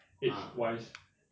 uh